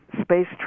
space